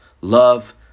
love